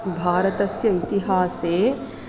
भारतस्य इतिहासे